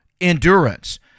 endurance